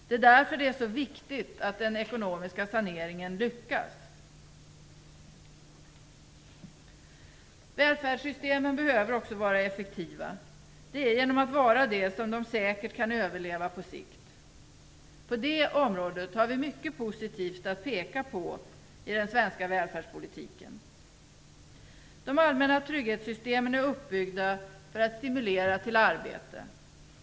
Det är därför så viktigt att den ekonomiska saneringen lyckas. Välfärdssystemen behöver också vara effektiva. Det är genom att vara det som de säkert kan överleva på sikt. På det området har vi mycket positivt att peka på i den svenska välfärdspolitiken. De allmänna trygghetssystemen är uppbyggda för att stimulera till arbete.